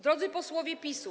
Drodzy Posłowie PiS-u!